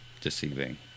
deceiving